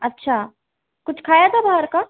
अच्छा कुछ खाया था बाहर का